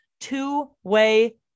two-way